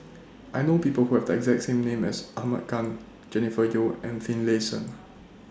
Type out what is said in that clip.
I know People Who Have The exact same name as Ahmad Khan Jennifer Yeo and Finlayson